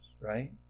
right